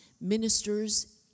ministers